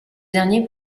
dernier